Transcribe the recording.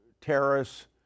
terrorists